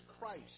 Christ